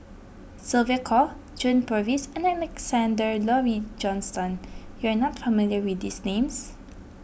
Sylvia Kho John Purvis and Alexander Laurie Johnston you are not familiar with these names